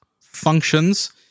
functions